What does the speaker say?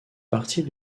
partie